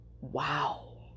Wow